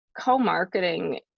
Co-marketing